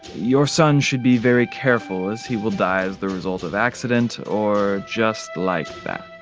your son should be very careful as he will die as the result of accident or just like that.